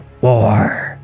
war